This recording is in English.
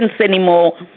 anymore